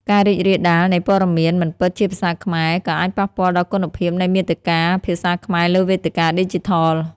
ការរីករាលដាលនៃព័ត៌មានមិនពិតជាភាសាខ្មែរ ក៏អាចប៉ះពាល់ដល់គុណភាពនៃមាតិកាភាសាខ្មែរលើវេទិកាឌីជីថល។